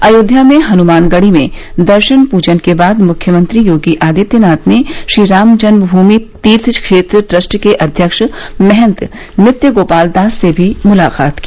अयोध्या में हनुमानगढ़ी में दर्शन पूजन के बाद मुख्यमंत्री योगी आदित्यनाथ ने श्री राम जन्म भूमि तीर्थ क्षेत्र ट्रस्ट के अध्यक्ष महत नृत्य गोपाल दास से भी मुलाकात की